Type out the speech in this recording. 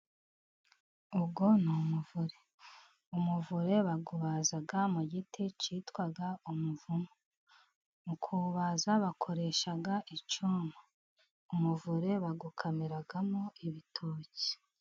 Uwo ni umuvure, umuvure bawubaza mu giti cyitwa umuvumu, mu kuwubaza bakoresha icyuma, umuvure bawukamiramo ibitoki.